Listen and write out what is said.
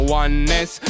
oneness